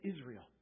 Israel